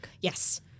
Yes